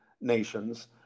nations